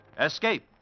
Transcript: Escape